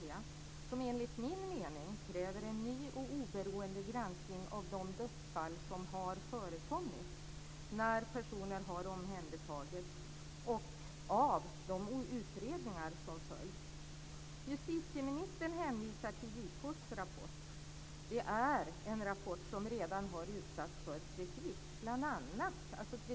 Dessa kräver enligt min mening en ny och oberoende granskning av de dödsfall som har förekommit när personer har omhändertagits samt av de utredningar som följt. Justitieministern hänvisar till JK:s rapport. Det är en rapport som redan har utsatts för kritik.